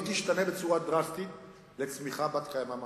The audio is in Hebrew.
תשתנה בצורה דרסטית לצמיחה בת-קיימא משמעותית.